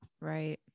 Right